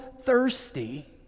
thirsty